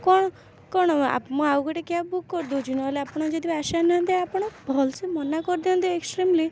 କ'ଣ କ'ଣ ମୁଁ ଆଉ ଗୋଟେ କ୍ୟାବ୍ ବୁକ୍ କରିଦେଉଛି ନହେଲେ ଆପଣ ଯଦି ଆସିବାର ନାହାନ୍ତି ଆପଣ ଭଲସେ ମନା କରିଦିଅନ୍ତେ ଏକ୍ସଟ୍ରିମ୍ଲି